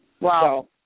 Wow